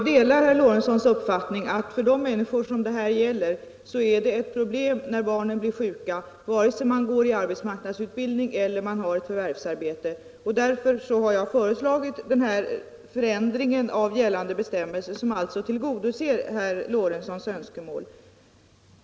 Herr talman! Jag delar herr Lorentzons uppfattning att det är ett problem när barnen blir sjuka — både för de människor som går i arbetsmarknadsutbildning och för dem som har ett förvärvsarbete. Därför har jag föreslagit den här förändringen av gällande bestämmelser, som alltså tillgodoser herr Lorentzons önskemål.